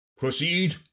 proceed